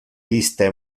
iste